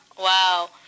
Wow